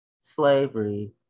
slavery